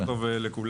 בוקר טוב לכולם,